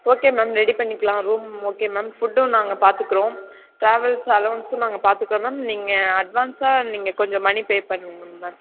okay ma'am ready பண்ணிக்கலாம் room okay ma'am ஃபுட்டும் நாங்கள் பார்த்துக்கறோம் ட்ராவல்ஸ் அலோவன்ஸும் நாங்கள் பார்த்துக்கறோம் மேம் நீங்க அட்வான்ஸாக நீங்கள் கொஞ்சம் மனி பே பண்ணணும் மேம்